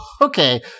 okay